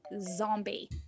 zombie